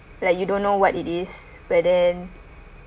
like you don't know what it is but then